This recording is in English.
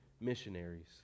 missionaries